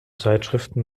zeitschriften